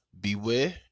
beware